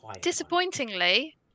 disappointingly